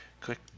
Click